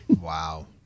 Wow